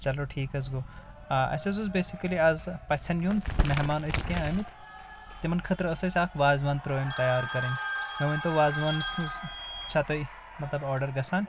چلو ٹھیٖک حظ گوٚو آ اسہِ حظ اوس بیسکلی آز پژھٮ۪ن یُن مہمان أسۍ کینٛہہ ٲمٕتۍ تِمن خٲطرٕ ٲس اسہِ اکھ وازوان ترٛٲمۍ تیار کرٕنۍ مےٚ ؤنۍ تو وازوانس منٛز چھا تۄہہِ مطلب آرڈر گژھان